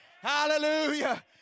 Hallelujah